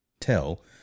tell